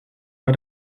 bei